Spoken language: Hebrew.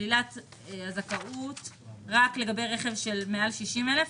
שלילת הזכאות רק לגבי רכב של מעל 60,000,